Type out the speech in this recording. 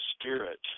spirit